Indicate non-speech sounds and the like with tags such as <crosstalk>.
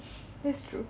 <laughs>